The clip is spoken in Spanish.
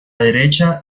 derecha